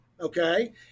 okay